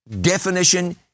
definition